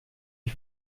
die